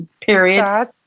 period